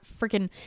freaking